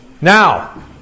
Now